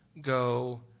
go